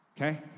Okay